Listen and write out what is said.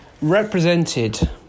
represented